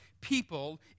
people